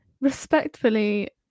Respectfully